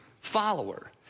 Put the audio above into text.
follower